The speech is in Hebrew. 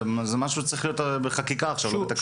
זה משהו שצריך להיות בחקיקה עכשיו ולא בתקנות.